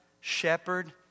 shepherd